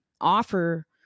offer